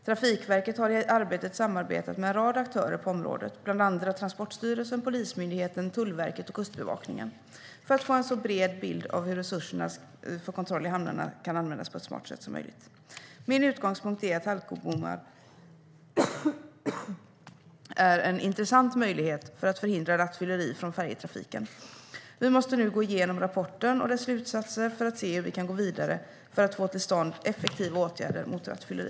Trafikverket har i arbetet samarbetat med en rad aktörer på området, bland andra Transportstyrelsen, Polismyndigheten, Tullverket och Kustbevakningen, för att få en så bred bild som möjligt av hur resurserna för kontroll i hamnarna kan användas på ett smart sätt. Min utgångspunkt är att alkobommar är en intressant möjlighet för att förhindra rattfylleri från färjetrafiken. Vi måste nu gå igenom rapporten och dess slutsatser för att se hur vi kan gå vidare för att få till stånd effektiva åtgärder mot rattfylleri.